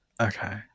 Okay